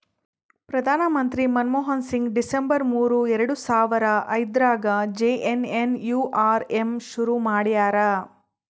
ಪ್ರಧಾನ ಮಂತ್ರಿ ಮನ್ಮೋಹನ್ ಸಿಂಗ್ ಡಿಸೆಂಬರ್ ಮೂರು ಎರಡು ಸಾವರ ಐದ್ರಗಾ ಜೆ.ಎನ್.ಎನ್.ಯು.ಆರ್.ಎಮ್ ಶುರು ಮಾಡ್ಯರ